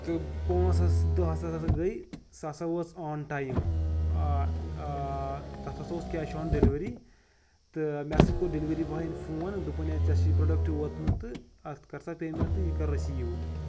تہٕ پانٛژھ ہسا دہ ہسا ہسا گٔے سُہ ہسا وٲژ آن ٹایم تتھ ہسا اوس کیش آن ڈیٚلؤری تہٕ مےٚ ہسا کوٚر ڈیلؤری والٮ۪ن فون دوٚپُن ہے ژےٚ چھِ پروڈَکٹ ووتمُت تہٕ اَتھ کر سا پیمینٹ تہٕ یہِ کَرٕ رٔسیٖو